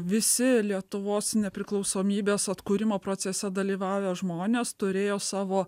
visi lietuvos nepriklausomybės atkūrimo procese dalyvavę žmonės turėjo savo